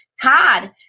Cod